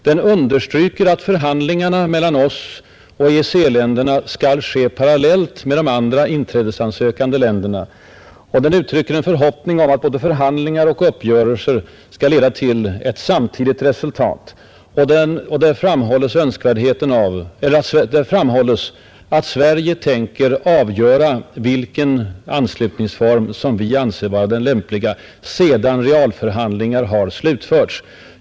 Där understryks att förhandlingarna mellan oss och EEC-länderna skall ske parallellt med de andra inträdessökande länderna. Däri uttryckes en förhoppning om att både förhandlingar och uppgörelser skall leda till ett samtidigt resultat. Däri framhålles också att Sverige tänker avgöra vilken anslutningsform som vi anser vara den lämpliga sedan realförhandlingar har slutförts.